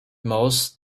most